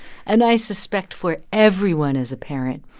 and i suspect for everyone as a parent,